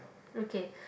okay